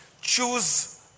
Choose